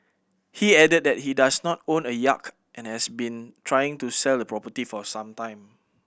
he added that he does not own a yacht and has been trying to sell the property for some time